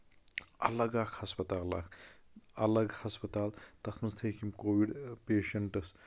الگ اکھ ہسپتال اکھ الگ ہسپتال تَتھ منٛز تھٲیِکھ یِم کووِڈ پیشنٹٕس